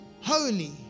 holy